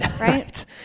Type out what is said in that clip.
Right